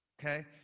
okay